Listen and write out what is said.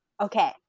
Okay